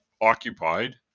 occupied